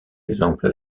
exemple